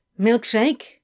Milkshake